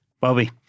Bobby